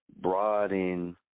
broaden